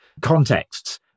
contexts